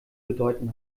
bedeuten